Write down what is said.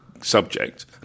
subject